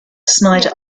snider